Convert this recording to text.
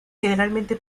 generalmente